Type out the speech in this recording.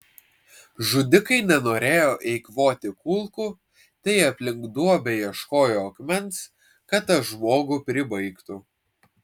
žudikai nenorėjo eikvoti kulkų tai aplink duobę ieškojo akmens kad tą žmogų pribaigtų